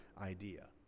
idea